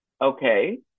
okay